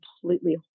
completely